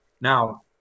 Now